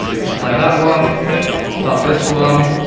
so you could play that one stop this one,